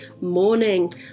morning